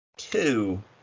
Two